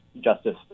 Justice